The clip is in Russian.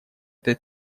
этой